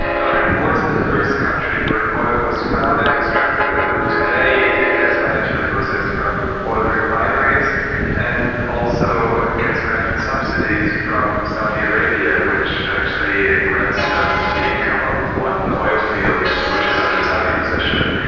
was the first country where oil was found and extracted, but today it gets financial resources from oil refineries and also gets granted subsidies from saudi arabia, which actually grants them the income of one oilfield, which is under saudi possession.